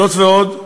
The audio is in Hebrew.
זאת ועוד,